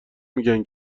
میگن